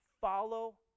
Follow